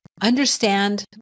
understand